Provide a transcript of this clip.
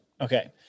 Okay